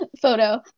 photo